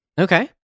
Okay